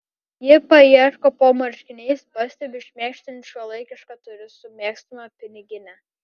ji paieško po marškiniais pastebiu šmėkštelint šiuolaikišką turistų mėgstamą piniginę